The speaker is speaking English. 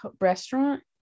restaurant